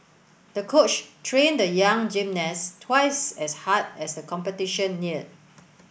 the coach trained the young gymnast twice as hard as the competition neared